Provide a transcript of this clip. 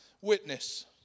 witness